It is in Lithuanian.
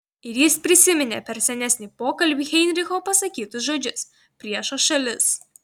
ir jis prisiminė per senesnį pokalbį heinricho pasakytus žodžius priešo šalis